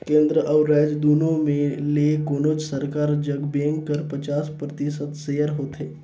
केन्द्र अउ राएज दुनो में ले कोनोच सरकार जग बेंक कर पचास परतिसत सेयर होथे